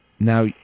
Now